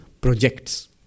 projects